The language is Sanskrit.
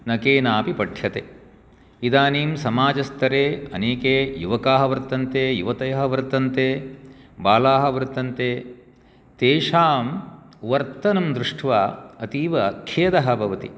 न केनापि पठ्यते इदानीं समाजस्तरे अनेके युवकाः वर्तन्ते युवतयः वर्तन्ते बालाः वर्तन्ते तेषां वर्तनं दृष्ट्वा अतीवखेदः भवति